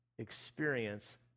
experience